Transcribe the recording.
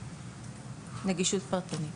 פרטנית